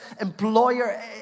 employer